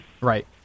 Right